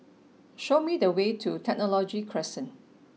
show me the way to Technology Crescent